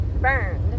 burned